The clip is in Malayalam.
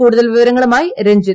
കൂടുതൽവിവരങ്ങളുമായി രഞ്ജിത്ത്